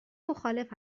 مخالف